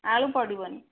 ଆଳୁ ପଡ଼ିବନି